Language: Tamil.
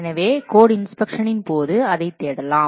எனவே கோட் இன்ஸ்பெக்ஷனின் போது அதைத் தேடலாம்